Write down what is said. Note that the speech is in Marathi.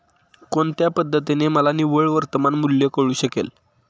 कोणत्या पद्धतीने मला निव्वळ वर्तमान मूल्य कळू शकेल?